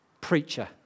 preacher